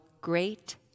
great